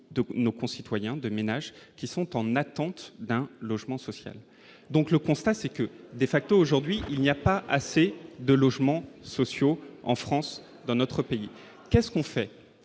de nos concitoyens de ménages qui sont en attente d'un logement social, donc le constat c'est que des facteurs, aujourd'hui il n'y a pas assez de logements sociaux en France dans notre pays qu'est-ce qu'on fait